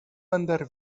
andar